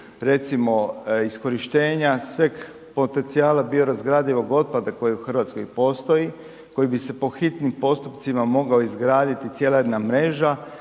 recimo iskorištenja sveg potencijala biorazgradivog otpada koji u Hrvatskoj postoji, koji bi se po hitnim postupcima mogao izraditi cijela jedna mreža,